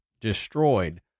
destroyed